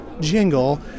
jingle